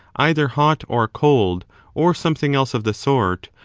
either hot or cold or something else of the sort,